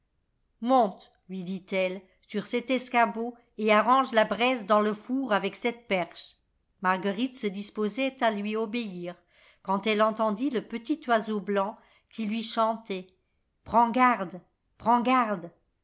monte lui dit-elle sur cet escabeau et arrange la braise dans le four avec cette perche marguerite se disposait à lui obéir quand elle entendit le petit oiseau blanc qui lui chantait prends garde prends garde